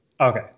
Okay